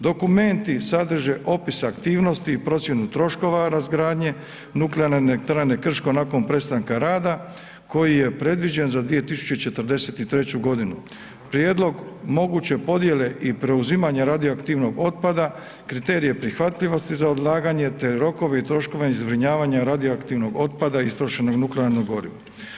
Dokumenti sadrže opis aktivnosti i procjenu troškova razgradnje Nuklearne elektrane Krško nakon prestanka rada koji je previđen za 2043. godinu, prijedlog moguće podjele i preuzimanja radioaktivnog otpada, kriterije prihvatljivosti za odlaganje te rokovi i troškovi zbrinjavanja radioaktivnog otpada istrošenog nuklearnog goriva.